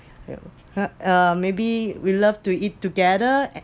uh maybe we love to eat together